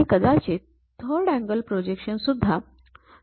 आणि कदाचित third angle projection सुद्धा